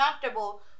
comfortable